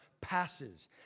passes